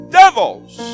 devils